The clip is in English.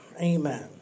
Amen